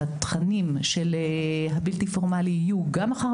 שהתכנים של הבלתי פורמליים יהיו גם אחר